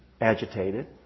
agitated